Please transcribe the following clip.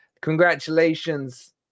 congratulations